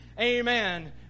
amen